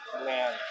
man